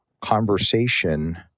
conversation